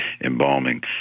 embalming